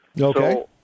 Okay